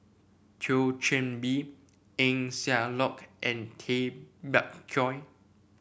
Thio Chan Bee Eng Siak Loy and Tay Bak Koi